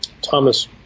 Thomas